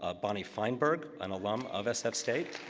ah bonnie feinberg, an alum of sf state.